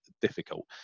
difficult